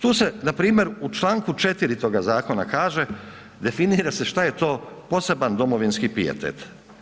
Tu se npr. u članku 4. toga zakona kaže definira se šta je to poseban domovinski pijetet.